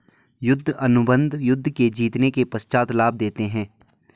युद्ध अनुबंध युद्ध के जीतने के पश्चात लाभ देते हैं